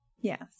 yes